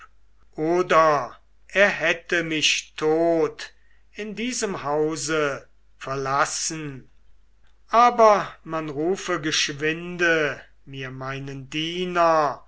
oder er hätte mich tot in diesem hause verlassen aber man rufe geschwinde mir meinen diener